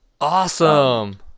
Awesome